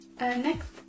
next